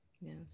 Yes